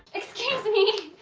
excuse me!